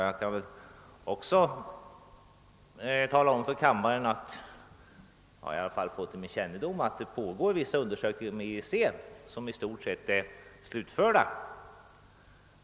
Jag kan också tala om för kammaren att det har kommit till min kännedom att det inom EEC pågår vissa undersökningar, som i stort sett är slutförda.